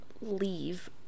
leave